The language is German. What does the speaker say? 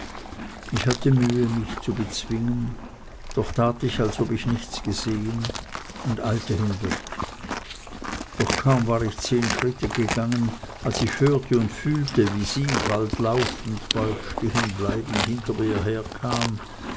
ich hatte mühe mich zu bezwingen doch tat ich als ob ich nichts gesehen und eilte hinweg doch kaum war ich zehn schritte gegangen als ich hörte und fühlte wie sie bald laufend bald stehenbleibend hinter mir herkam